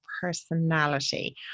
personality